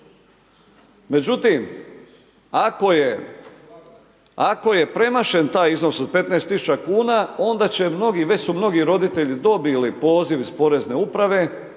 međutim ako je premašen taj iznos od 15.000 kuna onda će mnogi, već su mnogi roditelji dobili poziv iz Porezne uprave